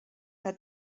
que